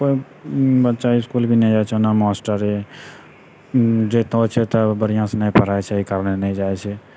बच्चा इसकुल भी नहि जाइ छऽ नहि मास्टरे जाइतो छै तऽ बढ़िआँसँ नहि पढ़ा रहलऽ छऽ एहि कारणे नहि जाइ छै